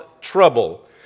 trouble